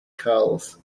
curls